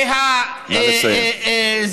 נא לסיים.